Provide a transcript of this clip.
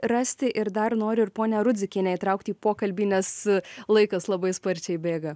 rasti ir dar noriu ir ponią rudzikienę įtraukti į pokalbį nes laikas labai sparčiai bėga